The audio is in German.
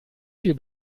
viel